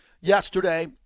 yesterday